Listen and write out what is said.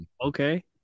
Okay